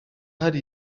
hari